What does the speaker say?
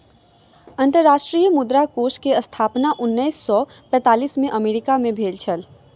अंतर्राष्ट्रीय मुद्रा कोष के स्थापना उन्नैस सौ पैंतालीस में अमेरिका मे भेल छल